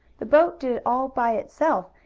the boat did it all by itself,